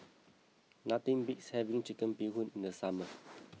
nothing beats having Chicken Bee Hoon in the summer